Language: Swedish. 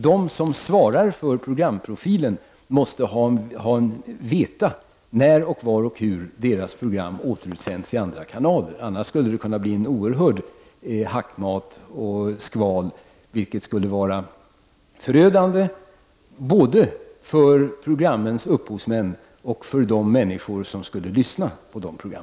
De som svarar för programprofilen måste veta när, var och hur deras program skall återutsändas i andra kanaler. Annars skulle det kunna bli oerhört mycket hackmat och skval. Det skulle vara förödande både för programmens upphovsmän och för de människor som skulle lyssna på dessa program,